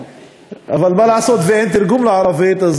אבל מה לעשות שאין תרגום לערבית,